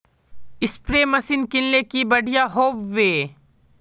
Spray machine किनले की बढ़िया होबवे?